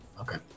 okay